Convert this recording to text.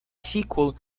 sequel